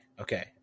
okay